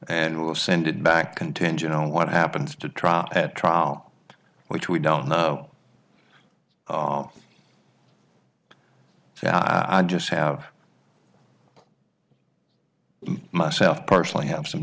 and will send it back contingent on what happens to trial at trial which we don't know are valid i just have myself personally have some